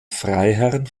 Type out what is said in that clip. freiherrn